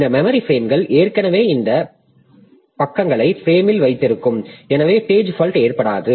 இந்த மெமரி பிரேம்கள் ஏற்கனவே இந்த பக்கங்களை பிரேமில் வைத்திருக்கும்எனவே பேஜ் ஃபால்ட் ஏற்படாது